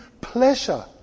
pleasure